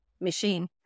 machine